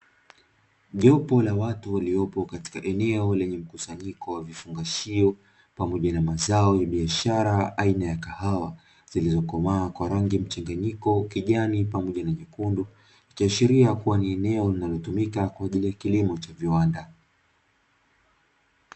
Kijana wa kiume anae jishughulisha na zao la biashara aina ya nyanya, amezifunga kwenye miti mizuri kwa juu alieziweka akisubiria ziweze kukomaa na baaadae kuzilpeleka sokoni.